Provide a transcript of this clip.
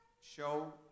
show